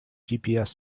gps